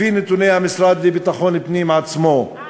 לפי נתוני המשרד לביטחון פנים עצמו.